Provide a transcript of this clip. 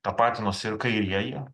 tapatinosi ir kairieji